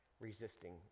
resisting